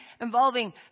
involving